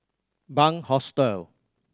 Bunc Hostel